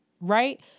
right